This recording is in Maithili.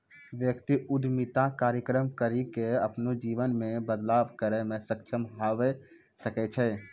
व्यक्ति उद्यमिता कार्यक्रम करी के अपनो जीवन मे बदलाव करै मे सक्षम हवै सकै छै